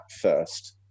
first